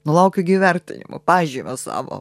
nu laukiu gi įvertinimo pažymio savo